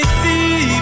see